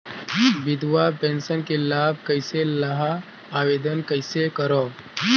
विधवा पेंशन के लाभ कइसे लहां? आवेदन कइसे करव?